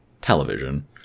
television